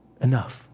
enough